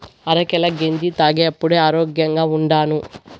అరికెల గెంజి తాగేప్పుడే ఆరోగ్యంగా ఉండాను